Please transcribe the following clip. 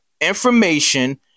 information